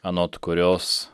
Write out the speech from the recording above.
anot kurios